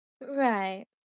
Right